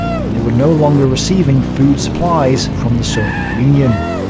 and they were no longer receiving food supplies from the soviet union.